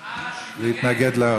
להתנגד.